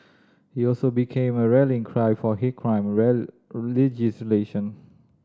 he also became a rallying cry for hate crime legislation